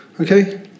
okay